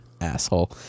Asshole